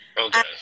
Okay